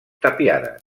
tapiades